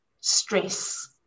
stress